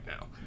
now